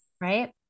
Right